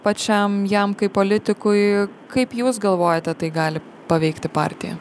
pačiam jam kaip politikui kaip jūs galvojate tai gali paveikti partiją